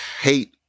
hate